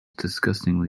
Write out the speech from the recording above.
disgustingly